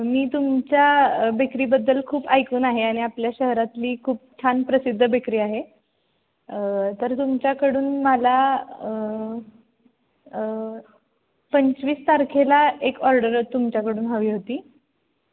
मी तुमच्या बेकरीबद्दल खूप ऐकून आहे आणि आपल्या शहरातली खूप छान प्रसिद्ध बेकरी आहे तर तुमच्याकडून मला पंचवीस तारखेला एक ऑर्डर तुमच्याकडून हवी होती